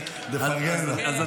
לפרגן לו.